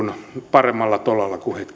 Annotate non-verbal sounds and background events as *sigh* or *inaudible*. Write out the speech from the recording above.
paremmalla tolalla kuin *unintelligible*